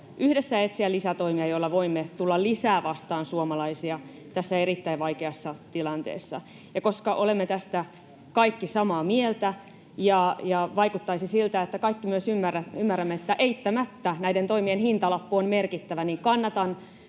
yhdessä etsiä lisätoimia, joilla voimme tulla lisää vastaan suomalaisia tässä erittäin vaikeassa tilanteessa. Ja koska olemme tästä kaikki samaa mieltä ja vaikuttaisi siltä, että kaikki myös ymmärrämme, että eittämättä näiden toimien hintalappu on merkittävä, niin kannatan